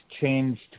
changed